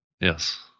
Yes